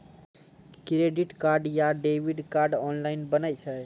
Credit card या debit card online बनै छै?